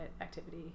activity